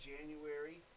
January